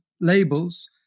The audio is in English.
labels